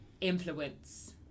influence